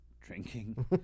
drinking